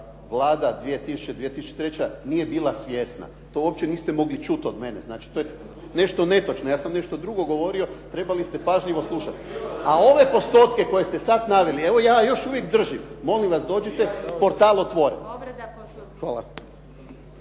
Vlada 2000.-2003. nije bila svjesna. To uopće niste mogli čuti od mene, znači to je nešto netočno. Ja sam nešto drugo govorio, trebali ste pažljivo slušati. A ove postotke koje ste sad naveli, evo ja ih još uvijek držim, molim vas dođite, portal otvoren. Hvala.